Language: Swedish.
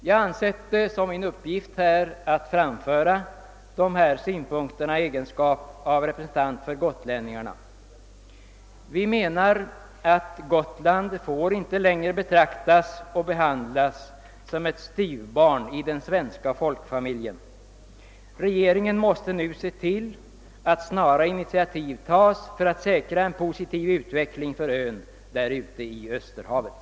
Jag har ansett det som min uppgift att framföra de här synpunkterna i egenskap av representant för gotlän ningarna. Vi menar att Gotland inte längre får betraktas och behandlas som ett styvbarn i den svenska folkfamiljen. Regeringen måste nu se till att snara initiativ tas för att säkra en positiv utveckling för ön där ute i Österhavet.